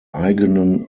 eigenen